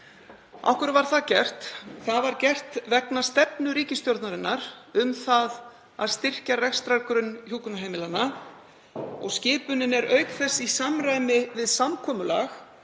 Af hverju var það gert? Það var gert vegna stefnu ríkisstjórnarinnar um að styrkja rekstrargrunn hjúkrunarheimilanna. Skipunin er auk þess í samræmi við samkomulag